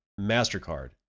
MasterCard